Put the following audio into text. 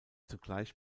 zugleich